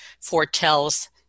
foretells